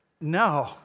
no